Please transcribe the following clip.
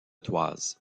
toises